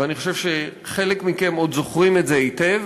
ואני חושב שחלק מכם עוד זוכרים את זה היטב,